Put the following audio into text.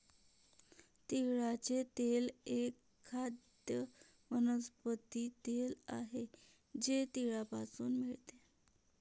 तिळाचे तेल एक खाद्य वनस्पती तेल आहे जे तिळापासून मिळते